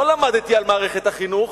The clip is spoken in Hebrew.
לא למדתי על מערכת החינוך,